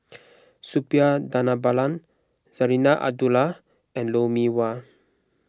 Suppiah Dhanabalan Zarinah Abdullah and Lou Mee Wah